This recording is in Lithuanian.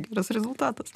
geras rezultatas